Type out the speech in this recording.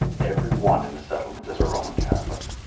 every one in the settlement is a roman catholic.